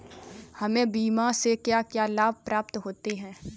हमें बीमा से क्या क्या लाभ प्राप्त होते हैं?